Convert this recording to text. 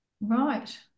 Right